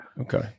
Okay